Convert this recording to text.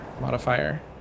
modifier